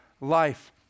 life